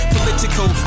Political